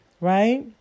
Right